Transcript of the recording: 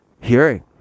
hearing